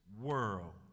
world